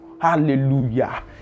Hallelujah